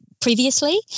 previously